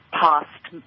past